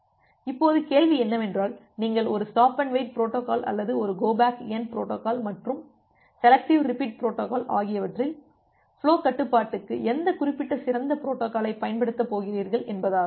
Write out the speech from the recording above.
இப்போது கேள்வி என்னவென்றால் நீங்கள் ஒரு ஸ்டாப் அண்ட் வெயிட் புரோட்டோகால் அல்லது ஒரு கோ பேக் என் புரோட்டோகால் மற்றும் செலெக்டிவ் ரிபீட் புரோட்டோகால் ஆகியவற்றில் ஃபுலோ கட்டுப்பாட்டுக்கு எந்த குறிப்பிட்ட சிறந்த பொரோட்டோகாலை பயன்படுத்தப் போகிறீர்கள் என்பதாகும்